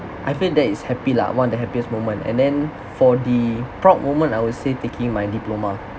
I feel that is happy lah one of the happiest moment and then for the proud moment I would say taking my diploma